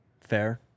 Fair